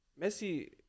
Messi